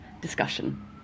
discussion